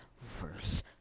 verse